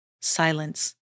silence